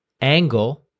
angle